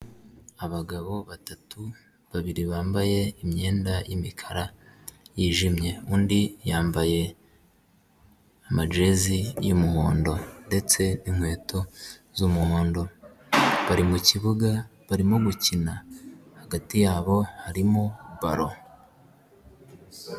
Abagabo batatu babiri bambaye imyenda y'imikara yijimye undi yambaye amajesi y'umuhondo ndetse n'inkweto z'umuhondo bari mukibuga barimo gukina hagati yabo harimo ballo.